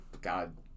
god